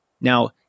Now